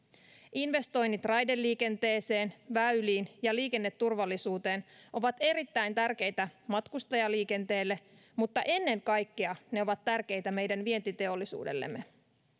investoinnit raideliikenteeseen väyliin ja liikenneturvallisuuteen ovat erittäin tärkeitä matkustajaliikenteelle mutta ennen kaikkea ne ovat tärkeitä meidän vientiteollisuudellemme